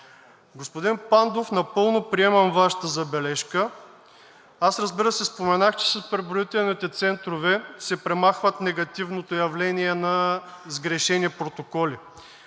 Господин Пандов, напълно приемам Вашата забележка. Аз, разбира се, споменах, че с преброителните центрове се премахва негативното явление на сгрешени протоколи,